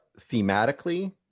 thematically